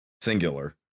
Singular